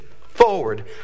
forward